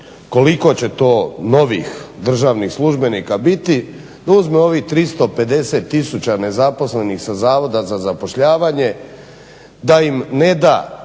koliko će to novih državnih službenika biti da uzmu ovih 350 tisuća nezaposlenih sa Zavoda za zapošljavanje, da im ne da